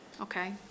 Okay